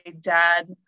dad